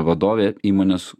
vadovė įmonės